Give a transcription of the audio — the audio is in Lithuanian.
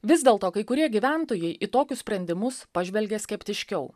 vis dėlto kai kurie gyventojai į tokius sprendimus pažvelgė skeptiškiau